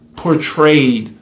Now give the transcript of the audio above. portrayed